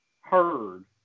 heard